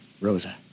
Rosa